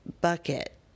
bucket